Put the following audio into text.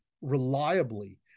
reliably